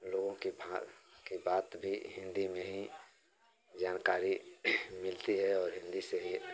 लोगों की भा की बात भी हिन्दी में ही जानकारी मिलती है और हिन्दी से ही